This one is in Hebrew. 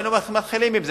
לא היינו מתחילים עם זה.